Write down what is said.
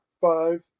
five